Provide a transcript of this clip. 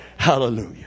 Hallelujah